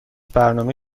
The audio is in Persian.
برنامه